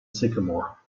sycamore